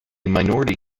minority